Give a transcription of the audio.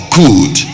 good